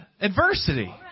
adversity